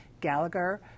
Gallagher